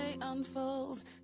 unfolds